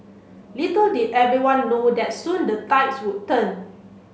little did everyone know that soon the tides would turn